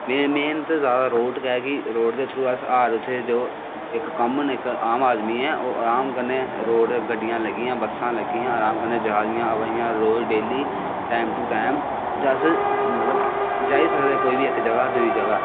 main ते road गै ऐ रोड़ दे थ्रू अस जो इक कामन इक आम आदमी ऐ ओह् राम कन्नै गड्डियां लग्गी दियां राम कन्नै जा दियां आवा दियां टैम टू टैम उत्थें अस जाई सकदे कोई बी इक जगाह् दा दूई जगाह्